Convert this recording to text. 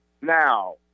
Now